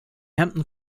hampton